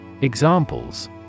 Examples